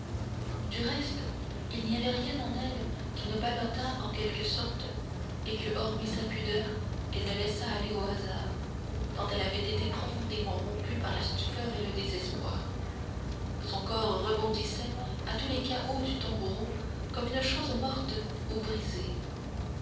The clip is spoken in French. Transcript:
du reste il n'y avait rien en elle qui ne ballottât en quelque sorte et que hormis sa pudeur elle ne laissât aller au hasard tant elle avait été profondément rompue par la stupeur et le désespoir son corps rebondissait à tous les cahots du tombereau comme une chose morte ou brisée